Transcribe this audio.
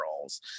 Girls